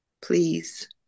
please